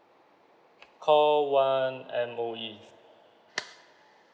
call one M_O_E